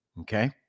Okay